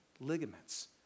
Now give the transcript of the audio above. ligaments